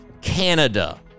Canada